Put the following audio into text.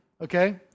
Okay